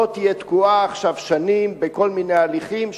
לא תהיה תקועה שנים בכל מיני הליכים,